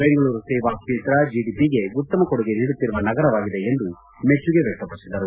ಬೆಂಗಳೂರು ಸೇವಾ ಕ್ಷೇತ್ರ ಜೆಡಿಪಿಗೆ ಉತ್ತಮ ಕೊಡುಗೆ ನೀಡುತ್ತಿರುವ ನಗರವಾಗಿದೆ ಎಂದು ಮೆಚ್ಚುಗೆ ವ್ಯಕ್ತಪಡಿಸಿದರು